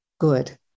good